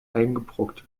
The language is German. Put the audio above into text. eingebrockt